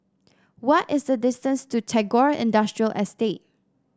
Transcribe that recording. what is the distance to Tagore Industrial Estate